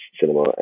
cinema